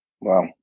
Wow